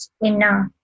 enough